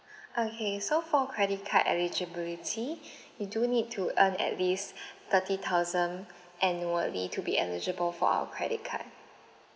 okay so for credit card eligibility you do need to earn at least thirty thousand annually to be eligible for our credit card